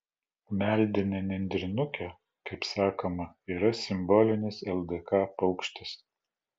meldinė nendrinukė kaip sakoma yra simbolinis ldk paukštis